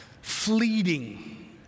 fleeting